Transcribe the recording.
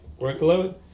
workload